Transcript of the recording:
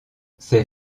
ces